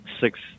six